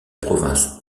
province